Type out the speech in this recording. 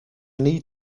need